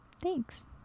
Thanks